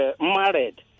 married